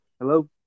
Hello